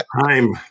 Time